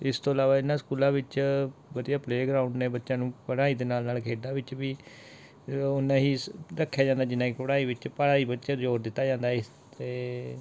ਅਤੇ ਇਸ ਤੋਂ ਇਲਾਵਾ ਇਹਨਾਂ ਸਕੂਲਾਂ ਵਿੱਚ ਵਧੀਆ ਪਲੇਅ ਗਰਾਊਂਡ ਨੇ ਬੱਚਿਆਂ ਨੂੰ ਪੜ੍ਹਾਈ ਦੇ ਨਾਲ ਨਾਲ ਖੇਡਾਂ ਵਿੱਚ ਵੀ ਓਨਾ ਹੀ ਸ ਰੱਖਿਆ ਜਾਂਦਾ ਜਿੰਨਾ ਕੁ ਪੜ੍ਹਾਈ ਵਿੱਚ ਪੜ੍ਹਾਈ ਵਿੱਚ ਜ਼ੋਰ ਦਿੱਤਾ ਜਾਂਦਾ ਇਸ 'ਤੇ